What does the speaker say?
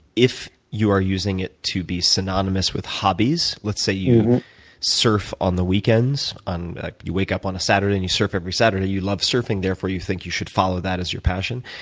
if you are using it to be synonymous with hobbies. let's say you surf on the weekends. you wake up on a saturday and you surf every saturday. you love surfing therefore, you think you should follow that as your passion.